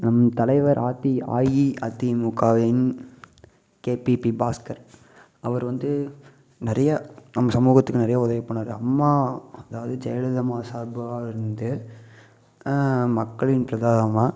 நம் தலைவர் ஆதி ஆஇஆதிமுகவின் கேபிபி பாஸ்கர் அவரு வந்து நிறைய நம் சமூகத்துக்கு நிறைய உதவி பண்ணிணாரு அம்மா அதாவது ஜெயலலிதா அம்மா சார்பாக இருந்து மக்களின் பிரதாகமாக